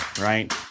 right